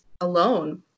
alone